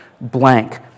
blank